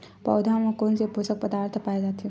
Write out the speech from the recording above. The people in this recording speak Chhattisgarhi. पौधा मा कोन से पोषक पदार्थ पाए जाथे?